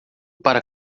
para